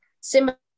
similar